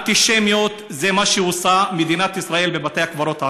אנטישמיות זה מה שעושה מדינת ישראל בבתי הקברות הערביים.